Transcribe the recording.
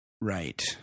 Right